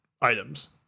items